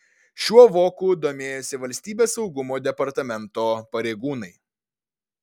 šiuo voku domėjosi valstybės saugumo departamento pareigūnai